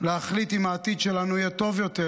להחליט אם העתיד שלנו יהיה טוב יותר,